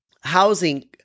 housing